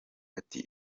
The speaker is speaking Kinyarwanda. ati